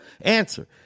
answer